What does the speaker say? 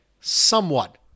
somewhat